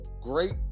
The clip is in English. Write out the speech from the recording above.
great